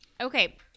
okay